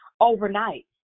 overnight